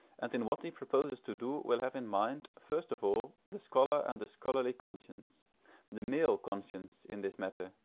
and in what he. proposes to do will have in mind, first of all, the scholar and the scholarly conscience the male conscience in this matter,